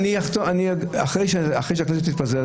אחרי שהכנסת תתפזר,